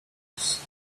needs